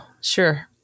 sure